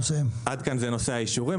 עד כאן זה נושא האישורים.